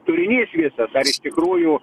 turinys visas ar iš tikrųjų